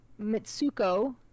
mitsuko